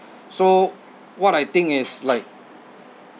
so what I think is like